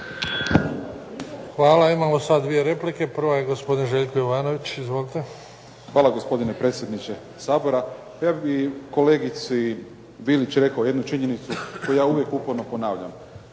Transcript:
Hvala. Imamo sad dvije replike. Prva je gospodin Željko Jovanović. Izvolite. **Jovanović, Željko (SDP)** Hvala. Gospodine predsjedniče Sabora. Ja bi kolegici Bilić rekao jednu činjenicu koju ja uvijek uporno ponavljam.